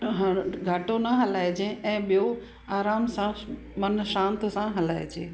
हर घाटो न हलाइजे ऐं ॿियों आराम सां मनु शांत सां हलाइजे